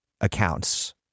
accounts